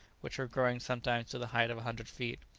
which were growing sometimes to the height of a hundred feet.